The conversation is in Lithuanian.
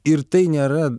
ir tai nėra